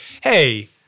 hey